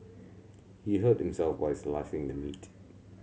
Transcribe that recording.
he hurt himself while slicing the meat